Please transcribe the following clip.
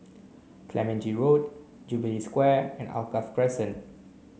Clementi Road Jubilee Square and Alkaff Crescent